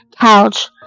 couch